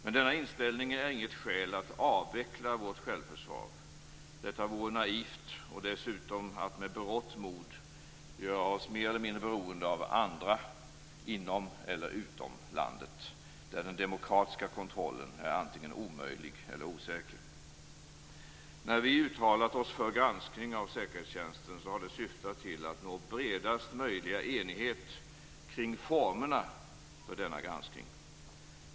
Men denna inställning är inget skäl att avveckla vårt självförsvar. Detta vore naivt och dessutom att med berått mod göra oss mer eller mindre beroende av andra inom eller utom landet där den demokratiska kontrollen är antingen omöjlig eller osäker. När vi uttalat oss för granskning av säkerhetstjänsten har det syftat till att nå bredast möjliga enighet kring formerna för denna granskning.